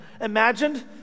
imagined